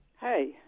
hey